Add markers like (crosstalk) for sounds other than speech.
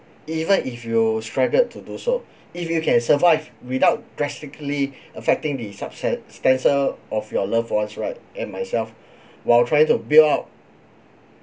even if you struggled to do so if you can survive without drastically affecting the subset standard of your loved ones right and myself (breath) while trying to build up